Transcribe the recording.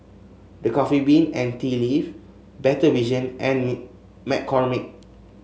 The Coffee Bean and Tea Leaf Better Vision and McCormick